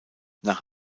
nach